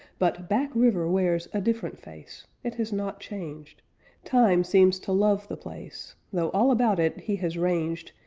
but back river wears a different face it has not changed time seems to love the place though all about it he has ranged,